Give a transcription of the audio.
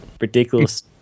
ridiculous